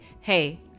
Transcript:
Hey